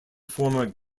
former